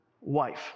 wife